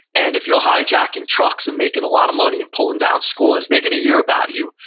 and if you're hijacking trucks and making a lot of money and pulling down scores, they're going to hear about you,